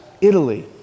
Italy